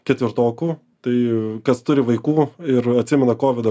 ketvirtokų tai kas turi vaikų ir atsimena kovidą